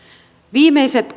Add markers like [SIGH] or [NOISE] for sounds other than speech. viimeiset [UNINTELLIGIBLE]